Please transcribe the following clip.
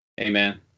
Amen